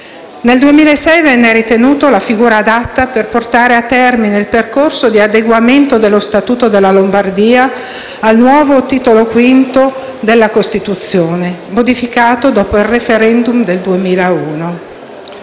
Nel 2006 venne ritenuto la figura adatta per portare a termine il percorso di adeguamento dello statuto della Lombardia al nuovo Titolo V della Costituzione, modificato dopo il *referendum* del 2001.